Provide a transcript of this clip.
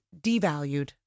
devalued